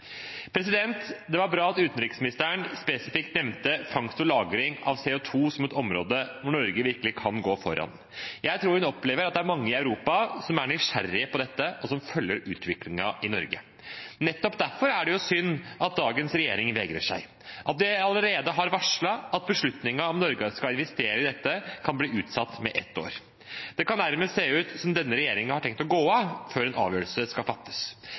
Det var bra at utenriksministeren spesifikt nevnte fangst og lagring av CO 2 som et område hvor Norge virkelig kan gå foran. Jeg tror hun opplever at det er mange i Europa som er nysgjerrige på dette, og som følger utviklingen i Norge. Nettopp derfor er det jo synd at dagens regjering vegrer seg, at den allerede har varslet at beslutningen om at Norge skal investere i dette, kan bli utsatt med et år. Det kan nærmest se ut som om denne regjeringen har tenkt å gå av før en avgjørelse skal fattes.